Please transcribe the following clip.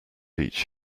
each